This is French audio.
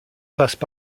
passent